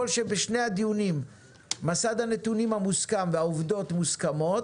ככל שבשני הדיונים מסד הנתונים המוסכם והעובדות מוסכמות,